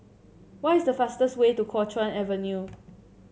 what is the fastest way to Kuo Chuan Avenue